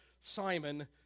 Simon